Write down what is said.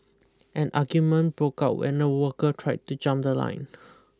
an argument broke out when a worker tried to jump the line